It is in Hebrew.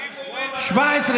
כי אם מוריד, אז,